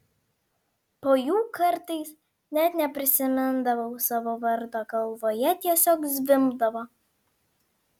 po jų kartais net neprisimindavau savo vardo galvoje tiesiog zvimbdavo